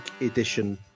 edition